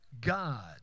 God